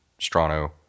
Strano